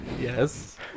Yes